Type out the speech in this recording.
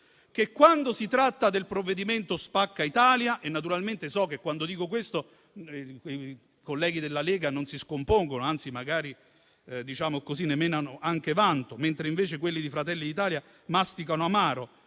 quando si tratta del provvedimento "spacca Italia" - naturalmente so che quando dico questo i colleghi della Lega non si scompongono, anzi ne menano vanto, mentre quelli di Fratelli d'Italia masticano amaro